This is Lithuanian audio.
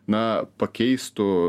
na pakeistų